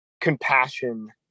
compassion